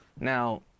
Now